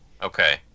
Okay